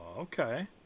okay